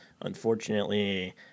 Unfortunately